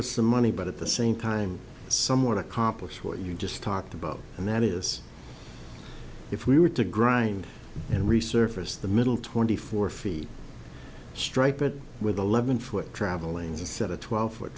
some money but at the same time someone accomplished what you just talked about and that is if we were to grind and resurface the middle twenty four feet straight but with eleven foot traveling to set a twelve foot